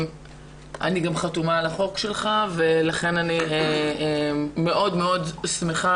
אני גם חתומה על החוק שלך ולכן אני מאוד מאוד שמחה